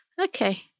Okay